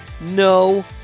No